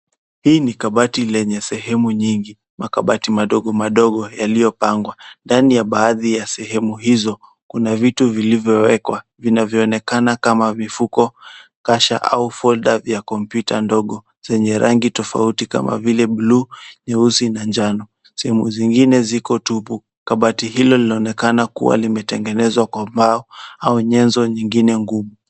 Hii ni kabati lenye sehemu nyingi, makabati madogo madogo yaliyopangwa. Ndani ya baadhi ya sehemu hizo kuna vitu vilivyowekwa vinavyoonekana kama mifuko, kasha au folda vya kompyuta ndogo zenye rangi tofauti kama vile bluu, nyeusi na njano. Sehemu zingine ziko tupu. Kabati hilo linaonekana kuwa limetengenezwa kwa mbao au nyenzo nyingine ngumu.